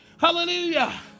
hallelujah